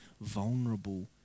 vulnerable